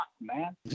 man